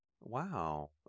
Wow